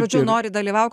žodžiu nori dalyvauk